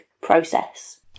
process